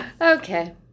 Okay